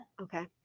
Okay